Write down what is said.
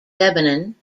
lebanon